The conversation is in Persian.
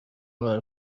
برای